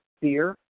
fear